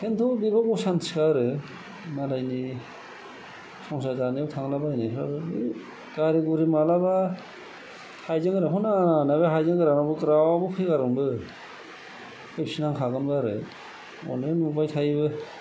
खिन्थु बेफ्रावबो असान्थिखा आरो मालायनि संसार जानायाव थांलाबायनायफ्राबो बे गारि गुरि माब्लाबा हायजें गोरानखौ नाङा होननाया हायजें गोरानावनो ग्रावबो फैगारगोनबो फैफिननांखागोनबो आरो अनेख नुबाय थायोबो